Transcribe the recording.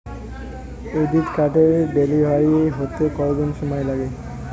Credit কার্ডের delivery হতে কতদিন সময় লাগে?